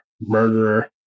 murderer